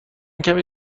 کمی